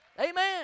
Amen